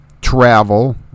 travel